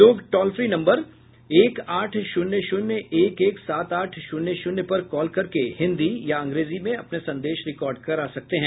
लोग toll free number एक आठ शून्य शून्य एक एक सात आठ शून्य शून्य पर कॉल करके हिन्दी या अंग्रेजी में अपने संदेश रिकॉर्ड करा सकते हैं